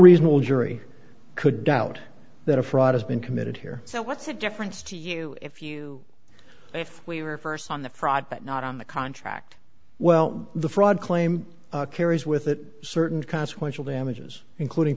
reasonable jury could doubt that a fraud has been committed here so what's the difference to you if you if we were first on the fraud but not on the contract well the fraud claim carries with it certain consequential damages including